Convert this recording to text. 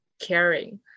caring